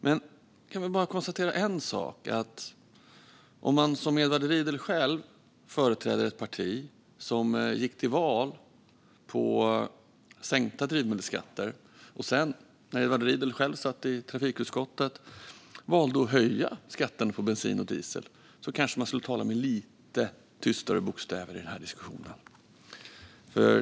Men jag kan konstatera en sak, och det är att om man som Edward Riedl företräder ett parti som gick till val på sänkta drivmedelsskatter kanske man ska tala lite tystare i den här diskussionen eftersom samma parti, när Edward Riedl själv satt i trafikutskottet, valde att höja skatten på bensin och diesel.